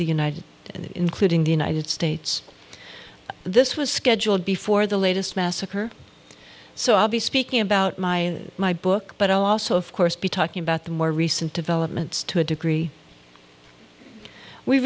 the united including the united states this was scheduled before the latest massacre so obvious speaking about my my book but also of course be talking about the more recent developments to a degree we